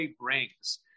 brings